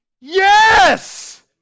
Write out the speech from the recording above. Yes